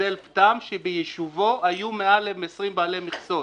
למגדל פטם שביישובו היו מעל 20 בעלי מכסות.